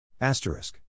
Asterisk